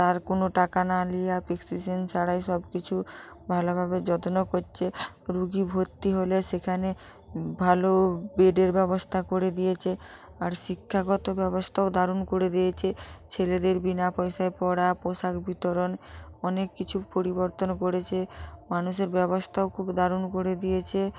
তার কোনো টাকা না নিয়ে প্রেসক্রিপশন ছাড়াই সব কিছু ভালোভাবে যত্ন করছে রোগী ভর্তি হলে সেখানে ভালো বেডের ব্যবস্থা করে দিয়েছে আর শিক্ষাগত ব্যবস্থাও দারুণ করে দিয়েছে ছেলেদের বিনা পয়সায় পড়া পোশাক বিতরণ অনেক কিছু পরিবর্তন করেছে মানুষের ব্যবস্থাও খুব দারুণ করে দিয়েছে